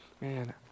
man